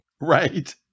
Right